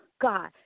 God